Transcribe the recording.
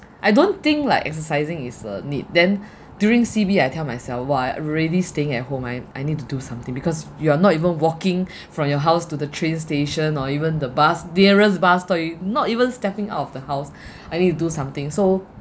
I don't think like exercising is a need then during C_B I tell myself !wah! I already staying at home I I need to do something because you're not even walking from your house to the train station or even the bus nearest bus stop you not even stepping out of the house I need to do something so